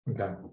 Okay